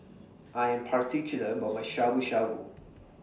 I Am particular about My Shabu Shabu